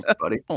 buddy